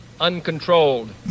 uncontrolled